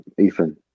Ethan